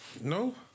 No